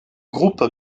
groupe